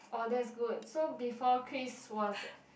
oh that's good so before Chris was